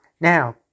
Now